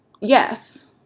Yes